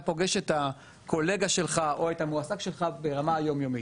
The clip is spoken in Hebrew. פוגש את הקולגה שלך או את המועסק שלך ברמה יום יומית.